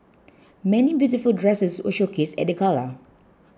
many beautiful dresses were showcased at the gala